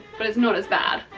but it's not as bad.